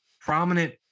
prominent